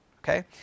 Okay